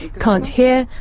can't hear,